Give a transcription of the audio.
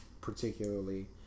particularly